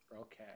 Okay